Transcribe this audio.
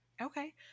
Okay